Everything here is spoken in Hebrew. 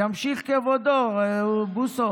ימשיך כבודו, בוסו.